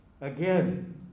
again